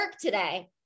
today